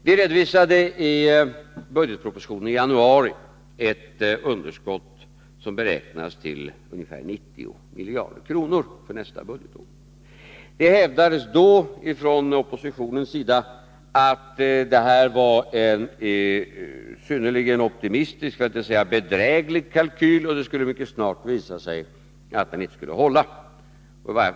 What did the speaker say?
Vi redovisade i budgetpropositionen i januari ett underskott som beräknas till ungefär 90 miljarder kronor för nästa budgetår. Det hävdades då från oppositionens sida att det var en synnerligen optimistisk för att inte säga bedräglig kalkyl och att det mycket snart skulle visa sig att den inte skulle hålla.